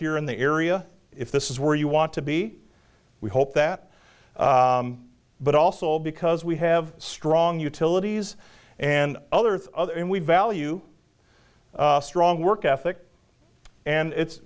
here in the area if this is where you want to be we hope that but also because we have strong utilities and others other and we value strong work ethic and it